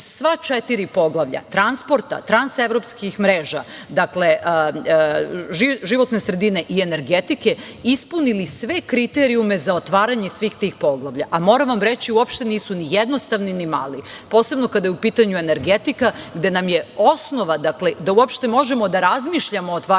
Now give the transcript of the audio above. sva četiri poglavlja - transporta, transevropskih mreža, životne sredine i energetike ispunili sve kriterijume za otvaranje svih tih poglavlja. Moram vam reći da nisu jednostavni, ni mali, posebno kada je u pitanju energetika gde nam je osnova da uopšte možemo da razmišljamo o otvaranju